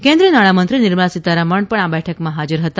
કેન્દ્રિય નાણામંત્રી નિર્મલા સિતારમન પણ આ બેઠકમાં હાજર હતા